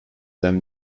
them